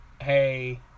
hey